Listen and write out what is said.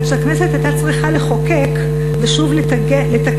עד שהכנסת הייתה צריכה לחוקק ושוב לתקן